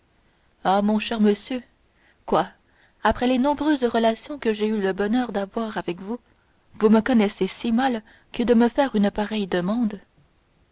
ah mon cher monsieur quoi après les nombreuses relations que j'ai eu le bonheur d'avoir avec vous vous me connaissez si mal que de me faire une pareille demande